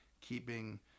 keeping